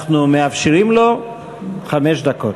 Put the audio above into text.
אנחנו מאפשרים לו חמש דקות.